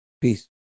peace